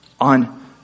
on